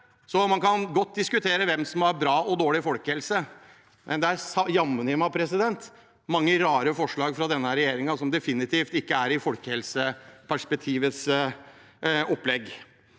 Man kan godt diskutere hvem som har bra og dårlig folkehelse, men det er jammen mange rare forslag fra denne regjeringen som definitivt ikke er i folkehelseperspektivets opplegg.